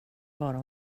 bara